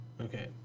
Okay